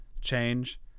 change